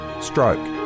stroke